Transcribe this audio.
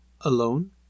alone